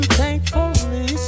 thankfully